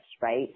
right